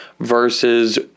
versus